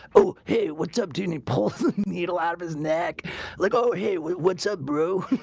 oh, hey what's up, dana pull needle out of his neck like oh, hey. what's up, bro?